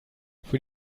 für